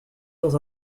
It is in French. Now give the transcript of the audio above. dans